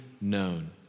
known